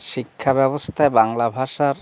শিক্ষা ব্যবস্থা বাংলা ভাষার